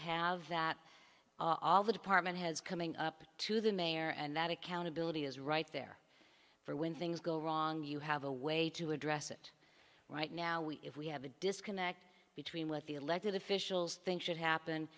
have that all the department heads coming up to the mayor and that accountability is right there for when things go wrong you have a way to address it right now we if we have a disconnect between what the elected officials think should happen